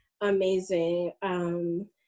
amazing